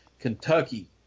Kentucky